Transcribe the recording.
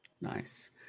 Nice